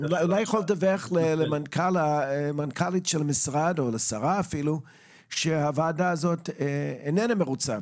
אולי תוכל לדווח למנכ"לית של המשרד או לשרה שהוועדה איננה מרוצה